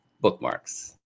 bookmarks